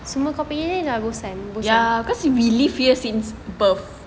ya because we live here since birth